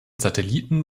satelliten